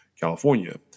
California